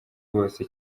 rwose